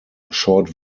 short